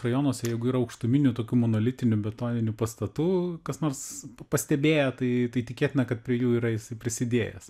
rajonuose jeigu yra aukštuminių tokių monolitinių betoninių pastatų kas nors pastebėję tai tai tikėtina kad prie jų yra jisai prisidėjęs